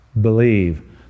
Believe